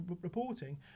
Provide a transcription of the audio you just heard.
reporting